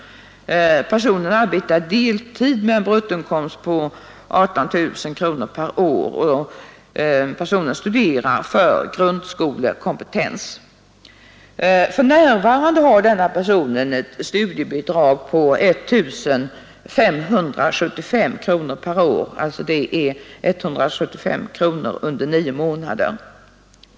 Personen arbetar deltid och har en bruttoinkomst på 18 000 kronor per år samt studerar för grundskolekompetens. För närvarande har denna person studiebidrag på 1575 kronor per år, alltså 175 kronor per månad under nio månader.